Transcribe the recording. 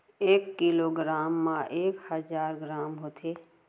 एक kilogram मा एक हजार ग्राम होथे